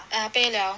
ya pay liao